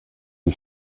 die